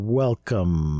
welcome